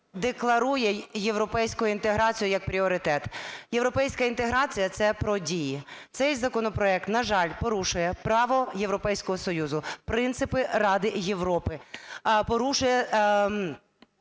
декларує європейську інтеграцію як пріоритет. Європейська інтеграція – це про дії. Цей законопроект, на жаль, порушує право Європейського Союзу, принципи Ради Європи, порушує